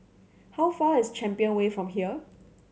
how far is Champion Way from here